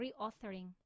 reauthoring